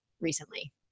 recently